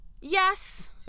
Yes